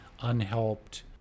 unhelped